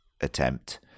attempt